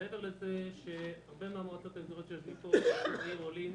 מעבר לזה שהרבה מהמועצות האזוריות שנחשבו לעיר עולים